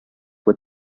with